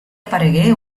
aparegué